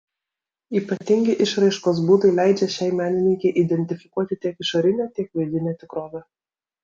ypatingi išraiškos būdai leidžia šiai menininkei identifikuoti tiek išorinę tiek vidinę tikrovę